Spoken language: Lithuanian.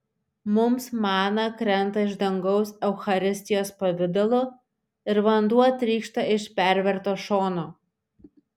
mums mana krenta iš dangaus eucharistijos pavidalu ir vanduo trykšta iš perverto šono